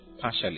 partially